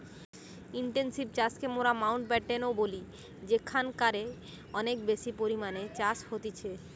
intensive চাষকে মোরা মাউন্টব্যাটেন ও বলি যেখানকারে অনেক বেশি পরিমাণে চাষ হতিছে